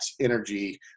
energy